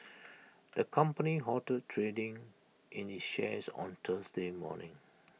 the company halted trading in its shares on Thursday morning